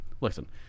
listen